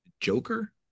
Joker